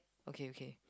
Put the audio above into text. okay okay